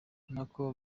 nako